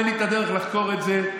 אין לי דרך לחקור את זה,